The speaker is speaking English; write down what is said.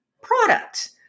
product